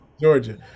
georgia